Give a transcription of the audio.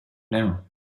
now